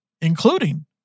including